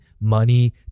money